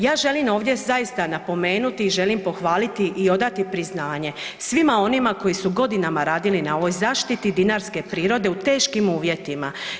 Ja želim ovdje zaista napomenuti i želim pohvaliti i odati priznanje svima onima koji su godinama radili na ovoj zaštiti dinarske prirode u teškim uvjetima.